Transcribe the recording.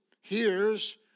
hears